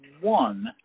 one